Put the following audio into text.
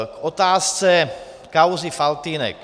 K otázce kauzy Faltýnek.